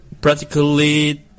practically